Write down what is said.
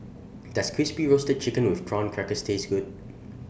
Does Crispy Roasted Chicken with Prawn Crackers Taste Good